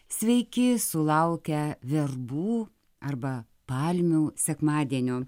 sveiki sulaukę verbų arba palmių sekmadienio